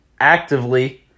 actively